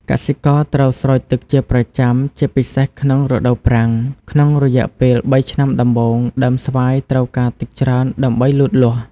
កសិករត្រូវស្រោចទឹកជាប្រចាំ ជាពិសេសក្នុងរដូវប្រាំង ក្នុងរយៈពេល ៣ ឆ្នាំដំបូង ដើមស្វាយត្រូវការទឹកច្រើនដើម្បីលូតលាស់។